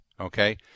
okay